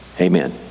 Amen